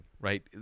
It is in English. right